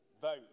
vote